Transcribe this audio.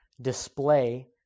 display